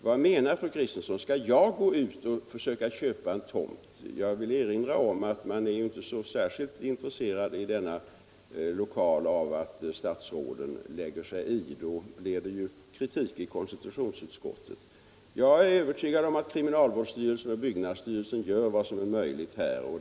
Vad menar fru Kristensson? Skall jag gå ut och försöka köpa en tomt? Jag vill erinra om att man i denna församling inte är särskilt intresserad av att statsråden lägger sig i, då blir det kritik i konstituftionsutskottet. Jag är övertygad om att kriminalvårdsstyrelsen och byggnadsstyrelsen gör vad som är möjligt.